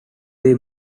they